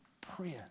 prayer